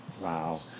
Wow